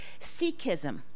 Sikhism